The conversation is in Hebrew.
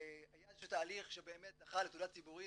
היה איזה שהוא תהליך שבאמת זכה לתהודה ציבורית